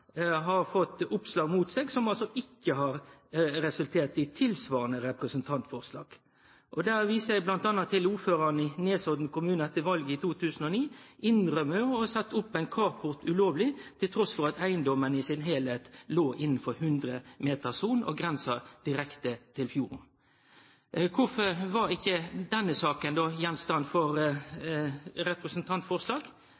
viser eg bl.a. til at ordføraren i Nesodden kommune etter valet i 2009 innrømte å ha sett opp ein carport ulovleg, trass i at eigedomen i sin heilskap låg innanfor 100-metersona og grensa direkte til fjorden. Kvifor var ikkje denne saka gjenstand for